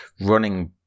running